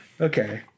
Okay